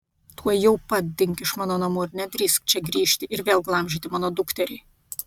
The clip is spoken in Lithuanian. tuojau pat dink iš mano namų ir nedrįsk čia grįžti ir vėl glamžyti mano dukterį